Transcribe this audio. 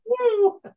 woo